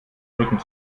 rücken